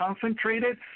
concentrated